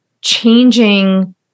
changing